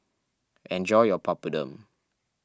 enjoy your Papadum